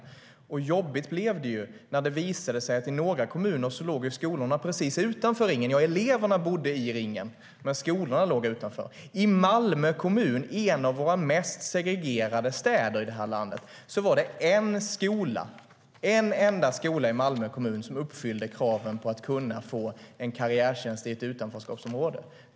Det blev jobbigt, när det visade sig att skolorna i några kommuner låg precis utanför ringen. Eleverna bodde inom ringen, men skolorna låg utanför. I Malmö kommun, en av våra mest segregerade städer i landet, var det en enda skola som uppfyllde kraven på att få en karriärtjänst i ett utanförskapsområde.